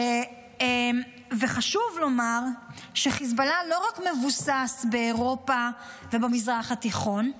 וחשוב לומר שחיזבאללה לא רק מבוסס באירופה ובמזרח התיכון.